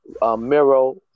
Miro